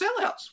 sellouts